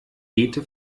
beete